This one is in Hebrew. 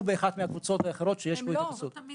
באחת הקבוצות האחרות שיש להן התייחסות פה.